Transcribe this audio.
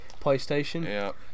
PlayStation